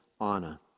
Anna